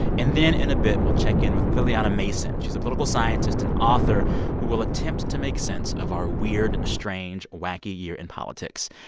and then in a bit, we'll check in with lilliana mason. she's a political scientist and author who will attempt to make sense of our weird, strange, wacky year in politics.